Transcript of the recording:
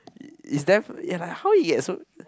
is there yeah like how he get so